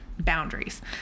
boundaries